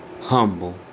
humble